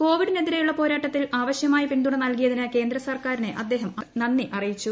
കോവിഡിനെതിരെയുള്ള പോരാട്ടത്തിൽ ആവശ്യമായ പിന്തുണ നൽകിയതിന് കേന്ദ്ര സർക്കാരിനെ അദ്ദേഹം നന്ദി അറിയിച്ചു